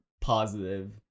positive